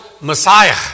Messiah